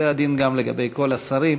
זה הדין גם לגבי כל השרים.